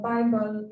Bible